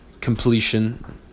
completion